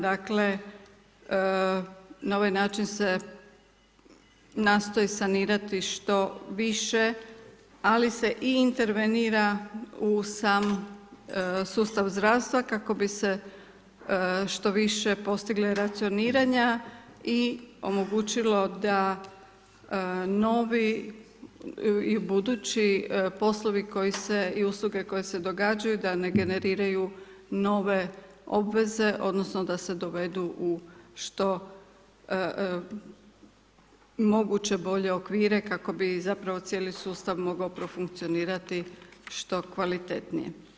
Dakle, na ovaj način se nastoji sanirati što više ali se i intervenira u sam sustav zdravstva kako bi se što više postigla racioniranja i omogućilo da novi i budući poslovi koji se i struke koje se događaju da ne generiraju nove obveze, odnosno, da se ne dovedu u što moguće bolje okvire, kako bi zapravo cijeli sustav mogao profunkcionirati što kvalitetnije.